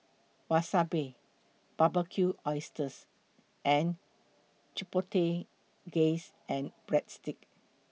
Wasabi Barbecued Oysters and Chipotle gaze and Breadsticks